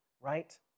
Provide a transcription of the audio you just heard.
right